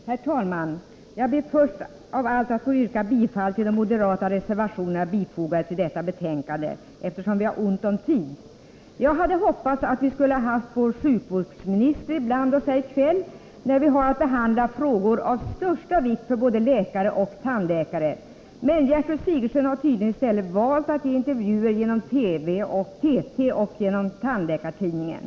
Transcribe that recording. Herr talman! Eftersom vi har ont om tid ber jag först av allt att få yrka bifall till de moderata reservationerna fogade till detta betänkande. Jag hade hoppats att vi skulle haft vår sjukvårdsminister ibland oss här i kväll, när vi har att behandla frågor av största vikt för både läkare och tandläkare. Men Gertrud Sigurdsen har tydligen i stället valt att ge intervjuer genom TT och Tandläkartidningen.